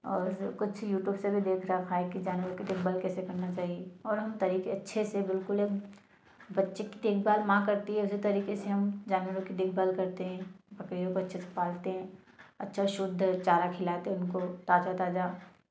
और कुछ यूटुब से भी देख रखा है कि जानवरों कि देखभाल कैसे करना चाहिए और हम तरीके अच्छे से बिलकुल हम बच्चे कि देखभाल माँ करती है उसी तरीके से हम जानवरों कि देखभाल करते हैं बकरियों को अच्छे से पालते हैं अच्छा शुद्ध चारा खिलाते उनको ताज़ा ताज़ा